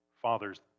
Fathers